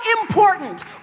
important